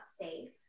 safe